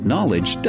Knowledge